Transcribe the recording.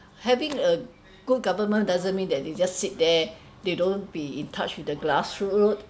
having a good government doesn't mean that they just sit there they don't be in touch with the grassroot